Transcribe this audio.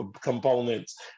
components